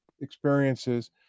experiences